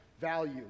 value